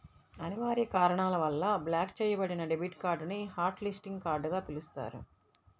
అనివార్య కారణాల వల్ల బ్లాక్ చెయ్యబడిన డెబిట్ కార్డ్ ని హాట్ లిస్టింగ్ కార్డ్ గా పిలుస్తారు